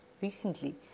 recently